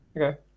Okay